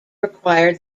required